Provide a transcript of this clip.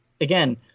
again